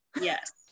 Yes